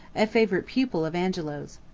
a favorite pupil of angelo's.